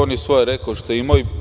On je svoje rekao, šta je imao.